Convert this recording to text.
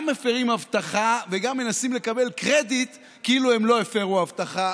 מפירים הבטחה וגם מנסים לקבל קרדיט כאילו הם לא הפרו הבטחה.